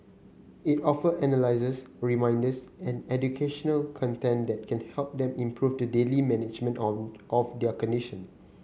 it offer analyses reminders and educational content that can help them improve the daily management on of their condition